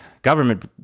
Government